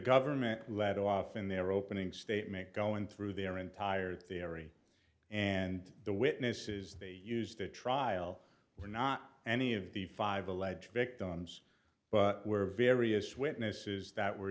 government let off in their opening statement going through their entire theory and the witnesses they used the trial were not any of the five alleged victims but were various witnesses that were